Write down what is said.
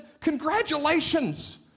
congratulations